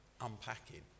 unpacking